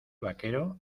vaquero